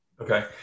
Okay